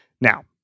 Now